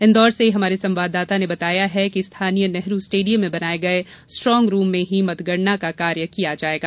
इन्दौर से हमारे संवाददाता ने बताया है कि स्थानीय नेहरू स्टेडियम में बनाये गये स्ट्रांग रूम में ही मतगणना का कार्य किया जायेगा